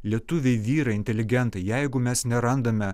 lietuviai vyrai inteligentai jeigu mes nerandame